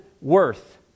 worth